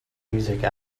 music